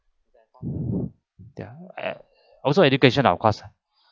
ya also education ah of course